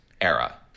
era